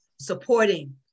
supporting